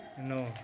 No